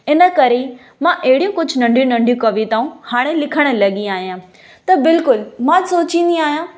इन करे मां अहिड़ियूं कुझु नंढिय़ूं नंढियूं कविताऊं हाणे लिखण लॻी आहियां त बिल्कुलु मां सोचींदी आहियां